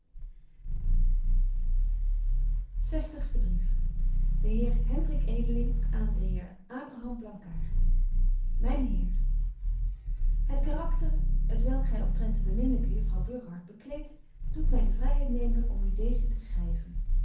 zestigste brief de heer hendrik edeling aan den heer abraham blankaart myn heer het karakter t welk gy omtrent de beminlyke juffrouw burgerhart bekleedt doet my de vryheid nemen om u deezen te schryven